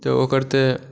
तऽ ओकर तऽ